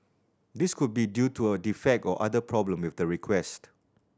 this could be due to a defect or other problem with the request